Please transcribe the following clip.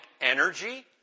energy